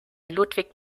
ludwig